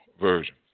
Version